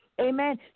Amen